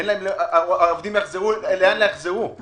אין להם לאן להחזיר את העובדים.